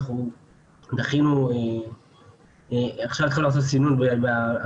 אנחנו עכשיו התחלנו לעשות סינון בהזמנות